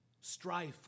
strife